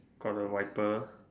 got the wiper